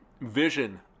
vision